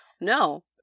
no